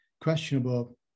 questionable